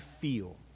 feel